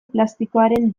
plastikoaren